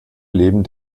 leben